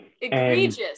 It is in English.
Egregious